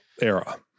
era